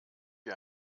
wie